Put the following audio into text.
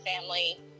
family